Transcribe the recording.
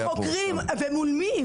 חוקרים, ומול מי?